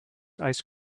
ice